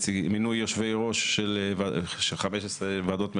יושבי ראש של חמש עשרה ועדות מרחביות,